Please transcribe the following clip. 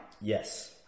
Yes